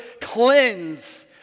cleanse